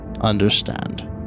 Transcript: understand